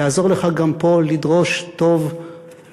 יעזור לך גם פה לדרוש טוב לעמנו,